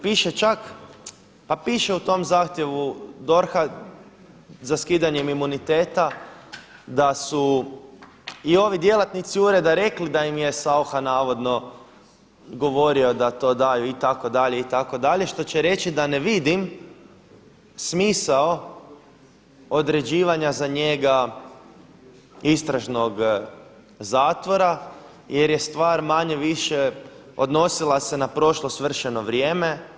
Pa piše u tom zahtjevu DORH-a za skidanjem imuniteta da su i ovi djelatnici ureda rekli da im je Saucha navodno govorio da to daju itd., itd., što će reći da ne vidim smisao određivanja za njega istražnog zatvora jer je stvar manje-više odnosila se na prošlo svršeno vrijeme.